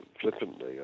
flippantly